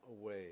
away